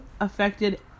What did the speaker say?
affected